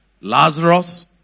Lazarus